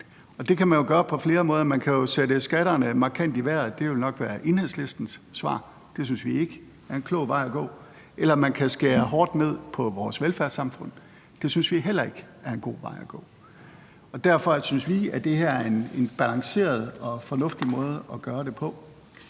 Det kan man jo gøre på flere måder. Man kan jo sætte skatterne markant i vejret – det ville nok være Enhedslistens svar, men det synes vi ikke er en klog vej at gå – eller man kan skære hårdt ned på vores velfærdssamfund, men det synes vi heller ikke er en god vej at gå. Derfor synes vi, at det her er en balanceret og fornuftig måde at gøre det på,